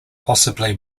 possibly